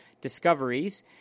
discoveries